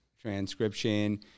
transcription